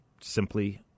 simply